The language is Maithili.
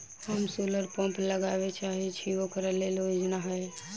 हम सोलर पम्प लगाबै चाहय छी ओकरा लेल योजना हय?